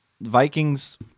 Vikings